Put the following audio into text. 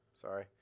Sorry